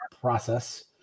process